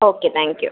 okay thank U